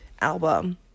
album